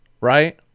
right